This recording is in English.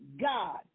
god